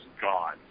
gone